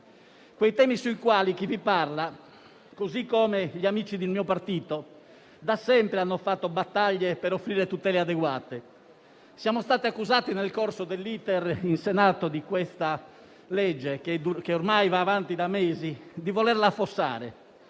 Temi sui quali chi vi parla, così come gli amici del mio partito, da sempre hanno fatto battaglie per offrire tutele adeguate. Siamo stati accusati, nel corso dell'*iter* di questa legge in Senato che ormai va avanti da mesi, di volerla affossare